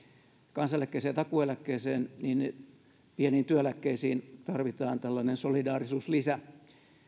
kansaneläkkeeseen ja takuueläkkeeseen niin pieniin työeläkkeisiin tarvitaan tällainen solidaarisuuslisä